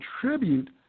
contribute